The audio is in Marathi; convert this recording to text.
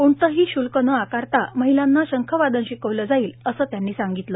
कोणतेही शुल्क न आकारता महिलांना शंखवादन शिकवले जाईल असे पाघडाल यांनी सांगितले